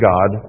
God